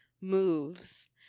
moves